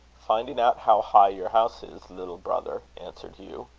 finding out how high your house is, little brother, answered hugh.